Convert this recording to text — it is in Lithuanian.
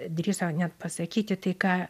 drįso net pasakyti tai ką